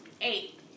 Eight